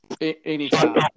anytime